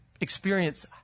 experience